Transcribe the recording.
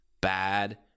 bad